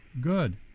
Good